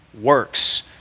works